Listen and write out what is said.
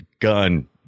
gun